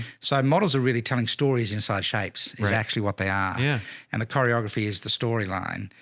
so models are really telling stories inside shapes is actually what they are yeah and the choreography is the storyline.